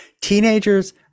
Teenagers